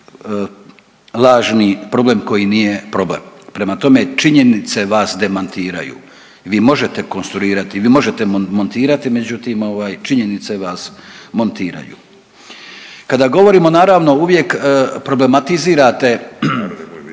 lažni problem koji nije problem. Prema tome, činjenice vas demantiraju. Vi možete konstruirati, vi možete montirati, međutim ovaj činjenice vas montiraju. Kada govorimo naravno uvijek problematizirate